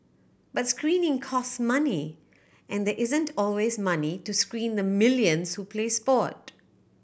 but screening cost money and there isn't always money to screen the millions who play sport